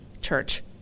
Church